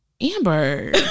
Amber